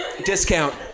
Discount